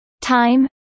Time